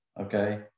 Okay